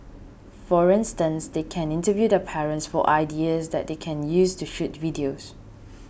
for instance they can interview their parents for ideas that they can use to shoot videos